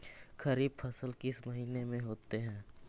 खरिफ फसल किस महीने में होते हैं?